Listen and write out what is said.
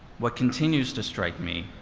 what continues to strike me,